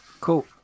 Cool